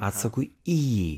atsakui į jį